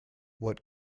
what